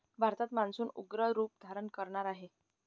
भारतात मान्सून उग्र रूप धारण करणार आहे